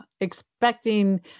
expecting